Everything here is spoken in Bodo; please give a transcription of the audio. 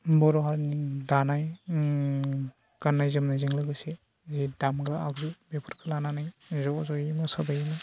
बर' हारिनि दानाय उम गाननाय जोमनायजों लोगोसे जि दामग्रा आगजु बेफोरखौ लानानै ज' ज'यै मोसाबायोमोन